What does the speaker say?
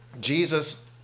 Jesus